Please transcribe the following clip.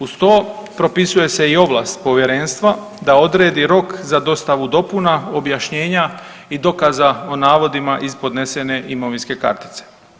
Uz to, propisuje se i ovlast Povjerenstva da odredi rok za dostavu dopuna, objašnjenja i dokaza o navodima iz podnesene imovinske kartice.